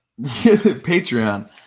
Patreon